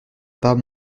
pas